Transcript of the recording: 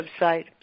website